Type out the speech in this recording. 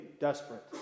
desperate